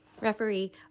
referee